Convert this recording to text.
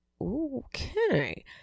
Okay